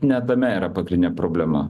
ne tame yra pagrindinė problema